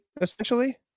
essentially